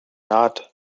not